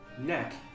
neck